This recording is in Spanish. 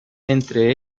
entre